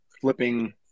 flipping